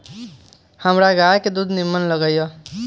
हमरा गाय के दूध निम्मन लगइय